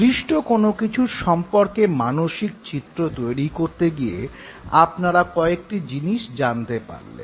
দৃষ্ট কোনো কিছু সম্পর্কে মানসিক চিত্র তৈরি করতে গিয়ে আপনারা কয়েকটি জিনিস জানতে পারলেন